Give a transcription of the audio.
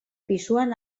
pisuan